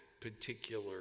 particular